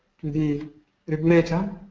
to the regulator.